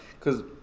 cause